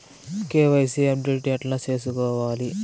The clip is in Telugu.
కె.వై.సి అప్డేట్ ఎట్లా సేసుకోవాలి?